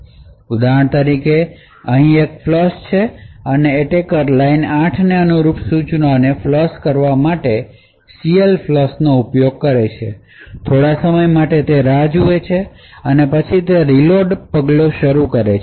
અહીં ઉદાહરણ તરીકે ત્યાં એક ફ્લશ છે અને એટેકર લાઇન 8 ને અનુરૂપ સૂચનોને ફ્લશ કરવા માટે CLFLUSH નો ઉપયોગ કરે છે તે થોડા સમય માટે રાહ જુએ છે અને તે પછી રીલોડ પગલું શરૂ કરે છે